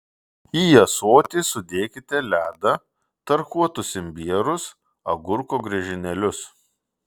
į ąsotį sudėkite ledą tarkuotus imbierus agurko griežinėlius